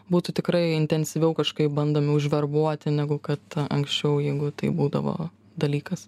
būtų tikrai intensyviau kažkaip bandomi užverbuoti negu kad anksčiau jeigu tai būdavo dalykas